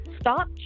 Stop